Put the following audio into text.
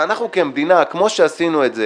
אנחנו כמדינה, כמו שעשינו את זה